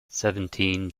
seventeen